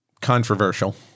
Controversial